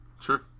Sure